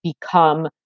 become